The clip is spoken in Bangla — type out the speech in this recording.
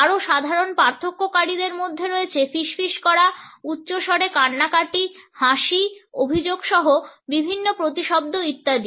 আরও সাধারণ পার্থক্যকারীদের মধ্যে রয়েছে ফিসফিস করা উচ্চস্বরে কান্নাকাটি হাসি অভিযোগসহ বিভিন্ন প্রতিশব্দ ইত্যাদি